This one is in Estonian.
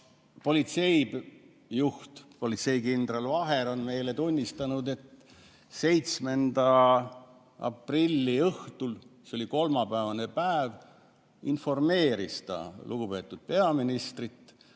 politseijuht, politseikindral Vaher on meile tunnistanud, et 7. aprilli õhtul, see oli kolmapäevane päev, informeeris ta lugupeetud peaministrit,